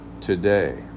today